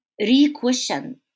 re-question